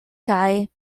kaj